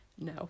No